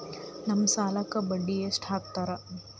ನಮ್ ಸಾಲಕ್ ಬಡ್ಡಿ ಎಷ್ಟು ಹಾಕ್ತಾರ?